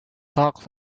talk